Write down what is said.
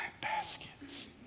baskets